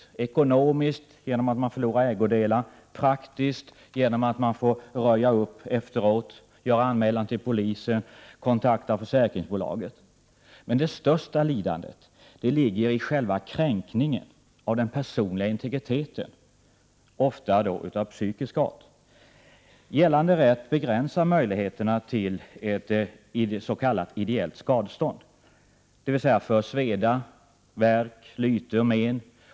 Man blir ekonomisk drabbad genom att man förlorar ägodelar. Man drabbas praktiskt genom det arbete som krävs för att röja upp efteråt. Man måste göra anmälan till polisen och kontakta försäkringsbolaget. Det största lidandet ligger emellertid i själva kränkningen av den personliga integriteten — ofta ett lidande av psykisk art. Gällande rätt begränsar möjligheterna till att få s.k. ideellt skadestånd, dvs. för sveda, värk, lyte och men.